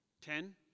ten